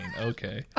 Okay